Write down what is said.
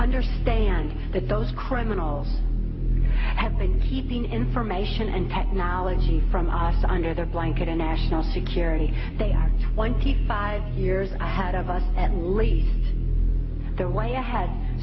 understand that those criminals have been information and technology from us under their blanket in national security they are twenty five years ahead of us at least they're way ahead